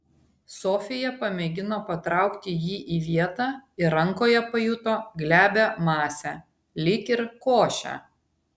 sofija pamėgino patraukti jį į vietą ir rankoje pajuto glebią masę lyg ir košę